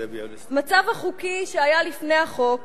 המצב החוקי שהיה לפני החוק